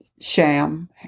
Sham